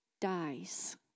dies